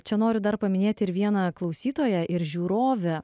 čia noriu dar paminėti ir vieną klausytoją ir žiūrovę